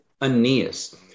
Aeneas